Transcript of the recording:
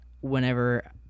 whenever